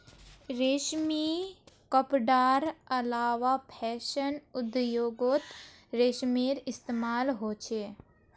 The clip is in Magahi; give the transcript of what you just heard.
रेशमी कपडार अलावा फैशन उद्द्योगोत रेशमेर इस्तेमाल होचे